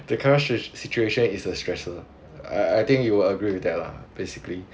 the current stress situation is uh stressful I I I think you agree with that lah basically